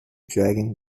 dragon